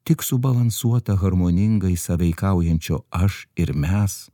tik subalansuota harmoningai sąveikaujančio aš ir mes